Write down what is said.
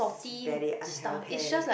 is very unhealthy